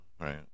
right